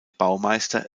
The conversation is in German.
baumeister